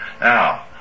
Now